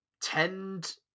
tend